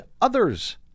others